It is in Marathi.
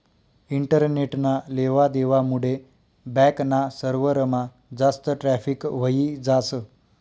इंटरनेटना लेवा देवा मुडे बॅक ना सर्वरमा जास्त ट्रॅफिक व्हयी जास